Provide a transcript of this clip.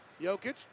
Jokic